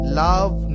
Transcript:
love